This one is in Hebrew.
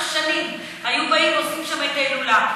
שנים היו באים ועושים שם את ההילולה.